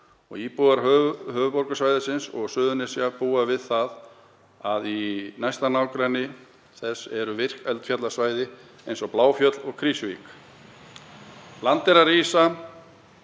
Íbúar höfuðborgarsvæðisins og Suðurnesja búa við það að í næsta nágrenni eru virk eldfjallasvæði eins og Bláfjöll og Krýsuvík. Land er að rísa